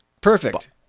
Perfect